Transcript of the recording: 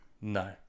No